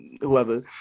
whoever